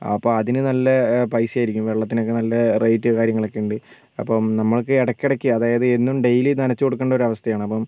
അപ്പോൾ അതിന് നല്ല പൈസയായിരിക്കും വെള്ളത്തിനൊക്കെ നല്ല റേറ്റും കാര്യങ്ങളക്കെ ഉണ്ട് അപ്പം നമ്മളൊക്കെ ഇടക്കിടക്ക് അതായത് എന്നും ഡെയിലി നനച്ച് കൊടുക്കണ്ട ഒരവസ്ഥയാണ് അപ്പം